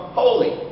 holy